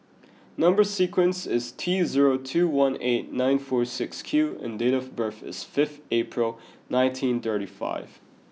number sequence is T zero two one eight nine four six Q and date of birth is fifth April nineteen thirty five